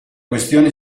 questione